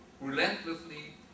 relentlessly